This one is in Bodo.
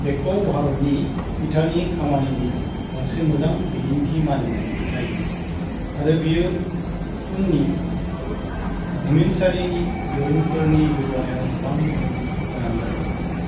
बेखौ भारतनि इटानि खामानिनि गंसे मोजां बिदिन्थि मानिनाय जायो आरो बेयो उननि भुमिनसारिनि दोरोंफोरनि जौगानायाव गोबां गोहोम गोनांमोन